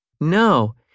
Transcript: No